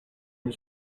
une